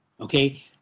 Okay